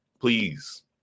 please